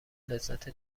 لذت